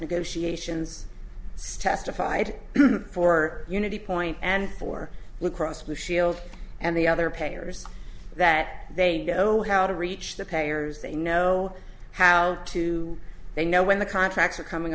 negotiations steps to fight for unity point and for blue cross blue shield and the other players that they go how to reach the players they know how to they know when the contracts are coming